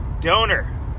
donor